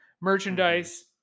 merchandise